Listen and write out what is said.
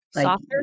Softer